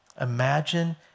Imagine